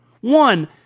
One